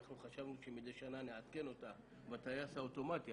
אנחנו חשבנו שמדי שנה נעדכן אותה עם הטייס האוטומטי,